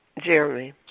Jeremy